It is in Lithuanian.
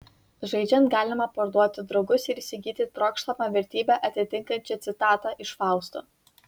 žaidžiant galima parduoti draugus ir įsigyti trokštamą vertybę atitinkančią citatą iš fausto